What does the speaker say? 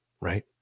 right